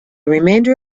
remainder